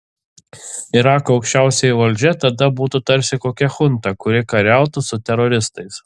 irako aukščiausioji valdžia tada būtų tarsi kokia chunta kuri kariautų su teroristais